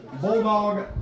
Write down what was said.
Bulldog